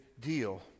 deal